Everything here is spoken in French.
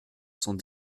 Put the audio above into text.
sans